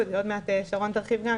ועוד מעט דוקטור פרייס תרחיב על כך.